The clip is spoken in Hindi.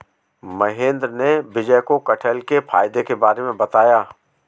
महेंद्र ने विजय को कठहल के फायदे के बारे में बताया